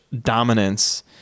dominance